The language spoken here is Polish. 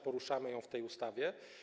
Poruszamy ją w tej ustawie.